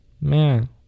Man